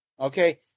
Okay